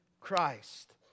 Christ